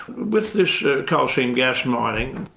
with this coal seam gas mining,